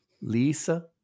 Lisa